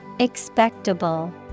Expectable